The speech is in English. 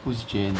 who's jane